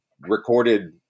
recorded